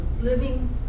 living